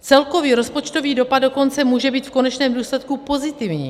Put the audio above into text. Celkový rozpočtový dopad dokonce může být v konečném důsledku pozitivní.